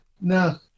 No